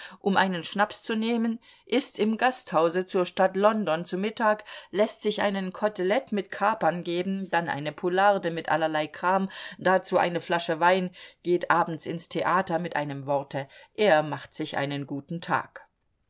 um einen schnaps zu nehmen ißt im gasthause zur stadt london zu mittag läßt sich ein kotelett mit kapern geben dann eine poularde mit allerlei kram dazu eine flasche wein geht abends ins theater mit einem worte er macht sich einen guten tag